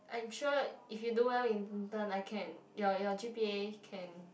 I'm sure if you do well in intern I can your your G_P_A can